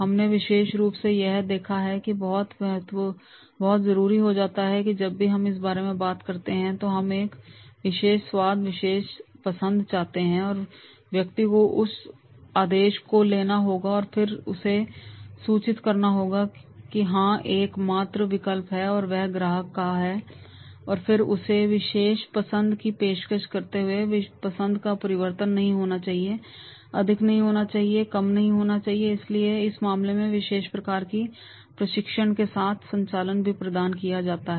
हमने विशेष रूप से यह देखा है कि यह बहुत जरूरी हो जाता है कि जब भी हम इस बारे में बात करते हैं तो हम एक विशेष स्वाद विशेष पसंद चाहते हैं तो व्यक्ति को उस आदेश को लेना होगा और फिर उसे सूचित करना होगा कि हां एकमात्र विकल्प है और वह ग्राहक का है और फिर उस विशेष पसंद की पेशकश करते हुए पसंद का परिवर्तन नहीं होना चाहिए अधिक नहीं होना चाहिए कम नहीं होना चाहिए और इसलिए उस मामले में विशेष प्रकार के प्रशिक्षण के साथ संचालन भी प्रदान किया जाता है